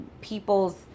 people's